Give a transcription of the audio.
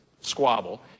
squabble